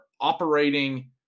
operating